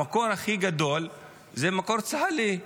המקור הכי גדול זה מקור צה"לי.